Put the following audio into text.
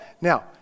now